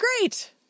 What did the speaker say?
great